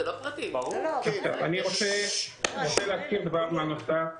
אני רוצה להזכיר דבר מה נוסף.